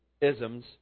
isms